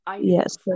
Yes